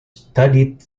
studied